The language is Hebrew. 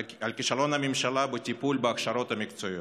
על כישלון הממשלה בטיפול בהכשרות המקצועיות.